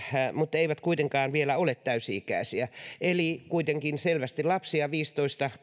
mutta eivät kuitenkaan vielä ole täysi ikäisiä eli ovat kuitenkin selvästi lapsia viisitoista